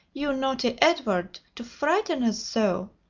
you naughty edward, to frighten us so!